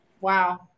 Wow